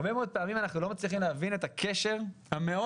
הרבה מאוד פעמים אנחנו לא מצליחים להבין את הקשר המאוד